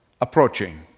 approaching